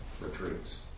retreats